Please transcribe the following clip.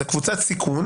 זה קבוצת סיכון